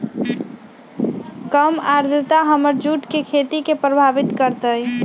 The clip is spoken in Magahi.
कम आद्रता हमर जुट के खेती के प्रभावित कारतै?